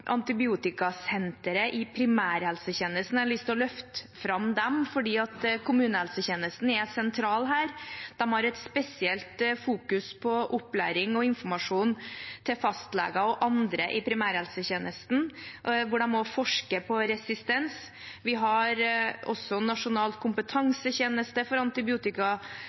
Antibiotikasenteret i primærhelsetjenesten. Jeg har lyst til å løfte fram dem, fordi kommunehelsetjenesten er sentral her. De fokuserer spesielt på opplæring og informasjon til fastleger og andre i primærhelsetjenesten, hvor de også forsker på resistens. Vi har også Nasjonal kompetansetjeneste for